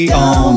on